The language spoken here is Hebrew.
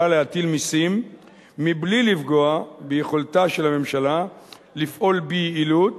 להטיל מסים מבלי לפגוע ביכולתה של הממשלה לפעול ביעילות